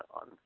on